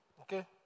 Okay